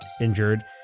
injured